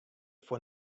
foar